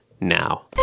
now